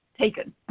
taken